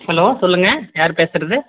hello சொல்லுங்கள் யார் பேசுறது